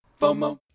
FOMO